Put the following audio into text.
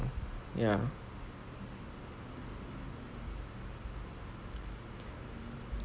ya